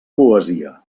poesia